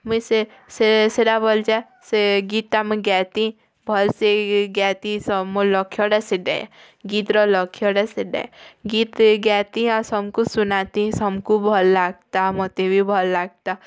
ମୁଇଁ ସେ ସେ ସେଟା ବୋଲୁଚେ ସେ ଗୀତ୍ଟା ମୁଇଁ ଗାଏତି ଭଲ୍ସେ ଗାଏତି ମୋର୍ ଲକ୍ଷ୍ୟଟା ସେଟି ଗୀତ୍ର ଲକ୍ଷ୍ୟଟା ସେଟା ଗୀତ ଗାଏତି ସମଙ୍କୁ ଶୁନାତି ସମ୍ଙ୍କୁ ଭଲ୍ ଲାଗ୍ତା ମୋତେ ବି ଭଲ୍ ଲାଗ୍ତା